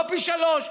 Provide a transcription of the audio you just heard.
לא פי שלושה,